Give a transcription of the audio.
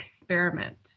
experiment